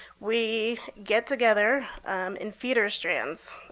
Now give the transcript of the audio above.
we get together in feeder strands,